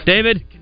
David